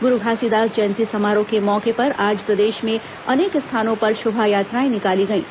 गुरु घासीदास जयंती समारोह के मौके पर आज प्रदेश में अनेक स्थानों पर शोभायात्राएं निकाली गईं